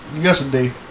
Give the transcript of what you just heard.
yesterday